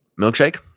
milkshake